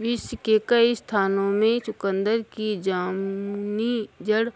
विश्व के कई स्थानों में चुकंदर की जामुनी जड़